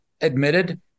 admitted